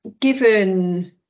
Given